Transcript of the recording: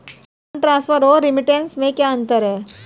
Fund transfer और remittance में क्या अंतर है?